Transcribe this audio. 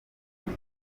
ngo